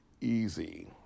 easy